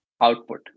output